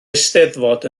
eisteddfod